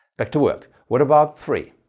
back to work. what about three?